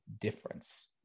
difference